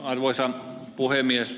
arvoisa puhemies